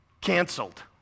canceled